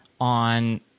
on